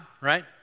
right